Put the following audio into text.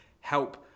help